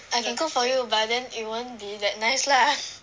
I can cook for you but then it won't be that nice lah